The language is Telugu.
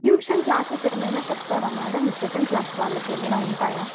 ట్యూషన్ క్లాసెస్ ఏమైనా చెప్తారా మేడం సెకండ్ క్లాస్ వాళ్ళకి ఏమైనా ఉంటాయా